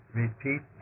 repeat